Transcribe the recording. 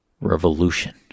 revolution